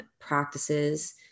practices